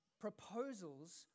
proposals